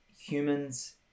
humans